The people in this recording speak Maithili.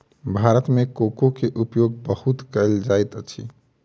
भारत मे कोको के उपयोग बहुत कयल जाइत अछि